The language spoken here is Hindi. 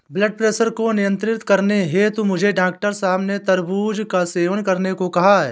ब्लड प्रेशर को नियंत्रित करने हेतु मुझे डॉक्टर साहब ने तरबूज का सेवन करने को कहा है